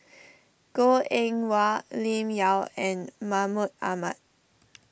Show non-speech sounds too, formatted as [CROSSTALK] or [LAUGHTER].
[NOISE] Goh Eng Wah Lim Yau and Mahmud Ahmad